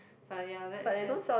but ya that that's